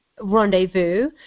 rendezvous